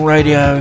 Radio